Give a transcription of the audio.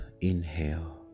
inhale